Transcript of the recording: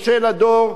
משה לדור,